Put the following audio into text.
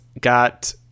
got